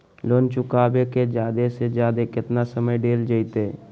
Loan चुकाबे के जादे से जादे केतना समय डेल जयते?